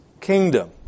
kingdom